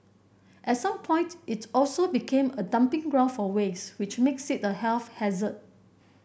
at some point it also became a dumping ground for waste which made it a sit health hazard